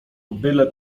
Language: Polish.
byle